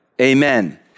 amen